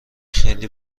خیلی